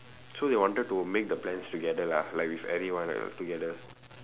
so they wanted to make the plans together lah like with everyone together